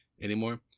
anymore